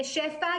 שפ"ע,